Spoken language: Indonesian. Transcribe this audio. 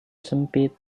sempit